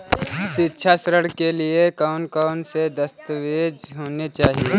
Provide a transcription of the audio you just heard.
शिक्षा ऋण के लिए कौन कौन से दस्तावेज होने चाहिए?